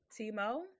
Timo